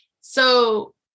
So-